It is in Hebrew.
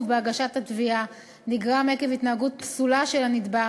בהגשת התביעה נגרם מהתנהגות פסולה של הנתבע,